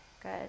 good